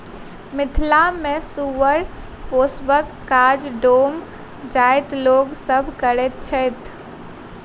मिथिला मे सुगर पोसबाक काज डोम जाइतक लोक सभ करैत छैथ